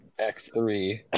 X3